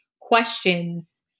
questions